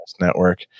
Network